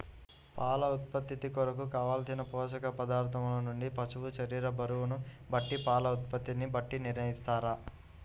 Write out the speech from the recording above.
పాల ఉత్పత్తి కొరకు, కావలసిన పోషక పదార్ధములను పాడి పశువు శరీర బరువును బట్టి పాల ఉత్పత్తిని బట్టి నిర్ణయిస్తారా?